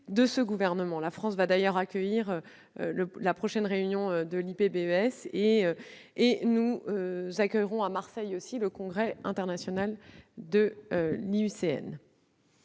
du Gouvernement. La France va d'ailleurs accueillir la prochaine réunion de l'IPBES, ainsi que, à Marseille, le congrès international de l'IUCN.